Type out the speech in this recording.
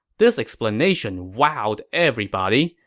this explanation wowed everybody,